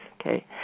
Okay